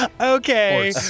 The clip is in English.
Okay